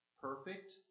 perfect